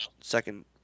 second